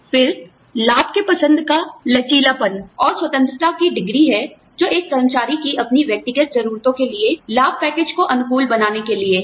फिर लाभ की पसंद का लचीलापन और स्वतंत्रता की डिग्री है जो एक कर्मचारी की अपनी व्यक्तिगत जरूरतों के लिए लाभ पैकेज को अनुकूल बनाने के लिए है